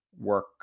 work